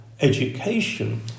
education